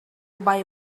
buy